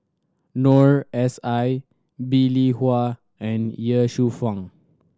Noor S I Bee Lee Wah and Ye Shufang